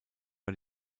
war